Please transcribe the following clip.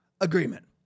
agreement